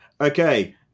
Okay